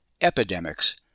epidemics